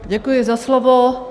Děkuji za slovo.